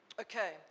Okay